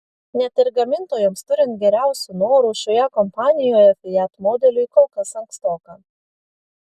net ir gamintojams turint geriausių norų šioje kompanijoje fiat modeliui kol kas ankstoka